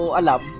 alam